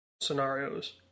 scenarios